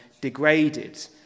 degraded